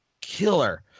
killer